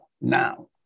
now